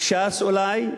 ש"ס אולי,